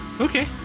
okay